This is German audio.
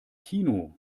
kino